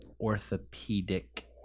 orthopedic